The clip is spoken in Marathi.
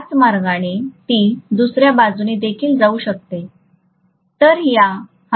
त्याच मार्गाने ती दुसर्या बाजूने देखील जाऊ शकते